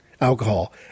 alcohol